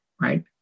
right